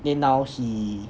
then now he